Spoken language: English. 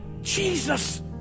jesus